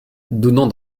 donnant